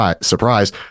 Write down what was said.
surprise